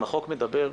אם החוק מדבר,